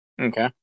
Okay